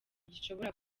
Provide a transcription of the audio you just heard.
gishobora